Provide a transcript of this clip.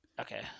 Okay